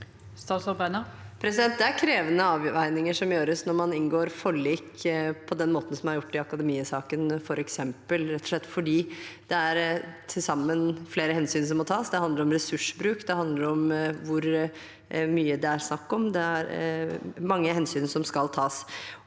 Det er krevende avveininger som gjøres når man inngår forlik på den måten som er gjort i Akademiet-saken, rett og slett fordi det til sammen er flere hensyn som må tas. Det handler om ressursbruk, det handler om hvor mye det er snakk om. Det er mange hensyn som skal tas.